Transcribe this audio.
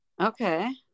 Okay